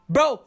Bro